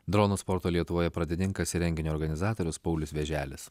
dronų sporto lietuvoje pradininkas ir renginio organizatorius paulius vėželis